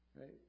Right